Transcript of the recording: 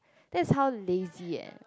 that's how lazy eh